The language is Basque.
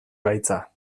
gaitza